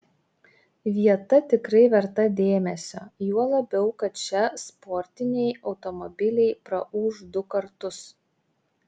vieta tikrai verta dėmesio juo labiau kad čia sportiniai automobiliai praūš du kartus